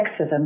sexism